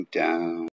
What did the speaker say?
down